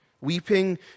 Weeping